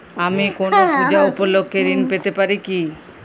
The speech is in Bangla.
আমি কোনো পূজা উপলক্ষ্যে ঋন পেতে পারি কি?